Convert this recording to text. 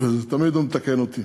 תמיד הוא מתקן אותי.